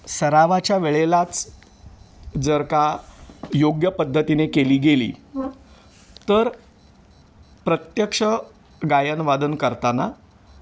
सरावाच्या वेळेलाच जर का योग्य पद्धतीने केली गेली तर प्रत्यक्ष गायनवादन करताना